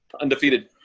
Undefeated